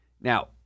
Now